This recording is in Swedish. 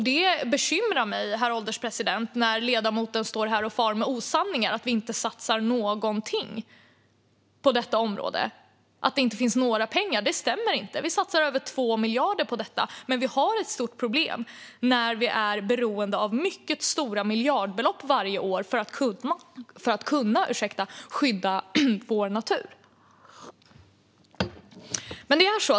Det bekymrar mig, herr ålderspresident, att ledamoten står här och far med osanning och säger att vi inte satsar någonting på detta område och att det inte finns några pengar. Det stämmer inte. Vi satsar över 2 miljarder på detta, men vi har ett stort problem när vi är beroende av mycket stora miljardbelopp varje år för att kunna skydda vår natur.